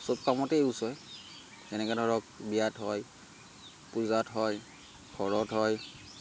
চব কামতেই ইউজ হয় যেনেকৈ ধৰক বিয়াত হয় পূজাত হয় ঘৰত হয়